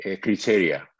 criteria